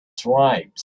tribes